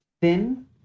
Thin